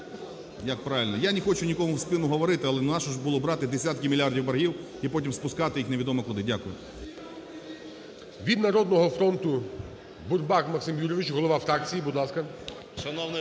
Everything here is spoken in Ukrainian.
як правильно, я не хочу нікому в спину говорити, але нащо було брати десятки мільярдів боргів і потім спускати їх невідомо куди. Дякую. ГОЛОВУЮЧИЙ. Від "Народного фронту"Бурбак Максим Юрійович, голова фракції. Будь ласка.